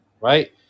right